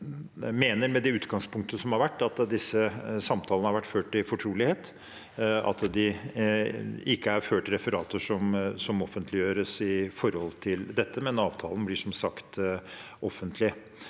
Jeg mener, med det utgangspunktet som har vært, at disse samtalene har vært ført i fortrolighet, og at det ikke er ført referater som offentliggjøres i forhold til dette, men avtalen blir som sagt offentlig.